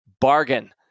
bargain